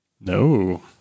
No